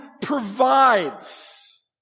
provides